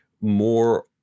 more